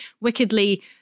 wickedly